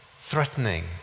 threatening